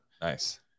nice